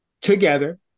together